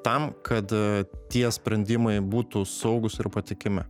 tam kad tie sprendimai būtų saugūs ir patikimi